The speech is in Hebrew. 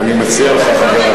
אני מציע לך,